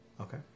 Okay